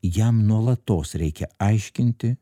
jam nuolatos reikia aiškinti